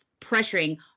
pressuring